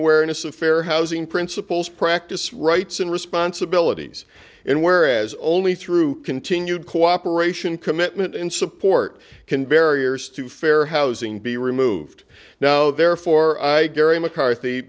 awareness of fair housing principles practice rights and responsibilities and where as only through continued cooperation commitment and support can barriers to fair housing be removed now therefore i carry mccarthy